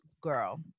girl